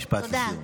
תודה.